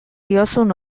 diozun